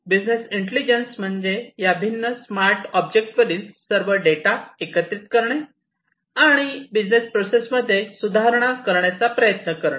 business intelligence म्हणजे या भिन्न स्मार्ट ऑब्जेक्ट्सवरील सर्व डेटा एकत्रित करणे आणि बिझनेस प्रोसेस मध्ये सुधारणा करण्याचा प्रयत्न करणे